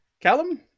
Callum